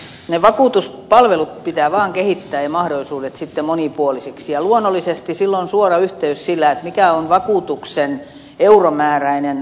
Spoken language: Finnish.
ne vakuutuspalvelut ja mahdollisuudet pitää vaan kehittää sitten monipuolisiksi ja luonnollisesti silloin on suora yhteys sillä mikä on vakuutuksen euromääräinen vastuu